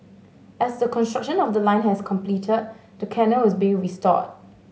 as the construction of the line has completed the canal is being restored